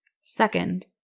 Second